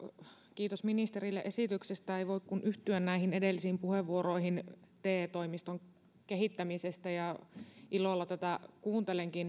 kiitos ministerille esityksestä ei voi kuin yhtyä edellisiin puheenvuoroihin te toimiston kehittämisestä ilolla tätä kuuntelin